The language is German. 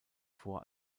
vor